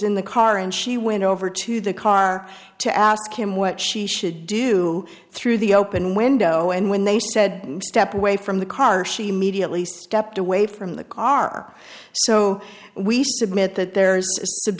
in the car and she went over to the car to ask him what she should do through the open window and when they said step away from the car she immediately stepped away from the car so we submit that there is